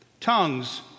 Tongues